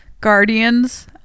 Guardians